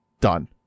Done